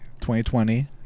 2020